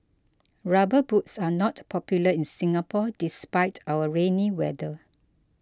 rubber boots are not popular in Singapore despite our rainy weather